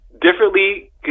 Differently